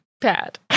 Bad